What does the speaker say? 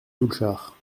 doulchard